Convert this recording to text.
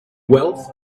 wealth